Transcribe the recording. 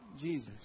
Jesus